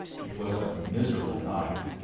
it was a miserable night.